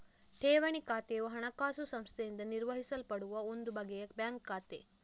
ಠೇವಣಿ ಖಾತೆಯು ಹಣಕಾಸು ಸಂಸ್ಥೆಯಿಂದ ನಿರ್ವಹಿಸಲ್ಪಡುವ ಒಂದು ಬಗೆಯ ಬ್ಯಾಂಕ್ ಖಾತೆ